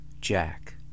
Jack